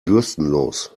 bürstenlos